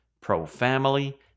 pro-family